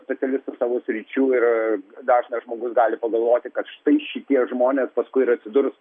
specialistus savo sričių ir dažnas žmogus gali pagalvoti kad štai šitie žmonės paskui ir atsidurs